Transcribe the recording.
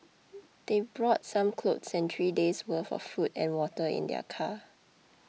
they brought some clothes and three days' worth of food and water in their car